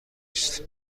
است